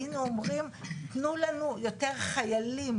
היינו אומרים: תנו לנו יותר חיילים